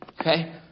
okay